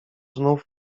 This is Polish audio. znów